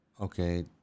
Okay